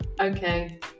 okay